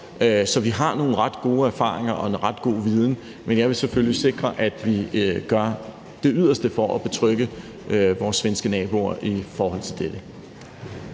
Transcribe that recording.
så vi har nogle ret gode erfaringer og en ret god viden, men jeg vil selvfølgelig sikre, at vi gør vores yderste for at betrygge vores svenske naboer i forhold til dette.